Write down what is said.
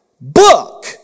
book